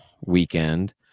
weekend